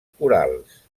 corals